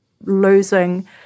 losing